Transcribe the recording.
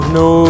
no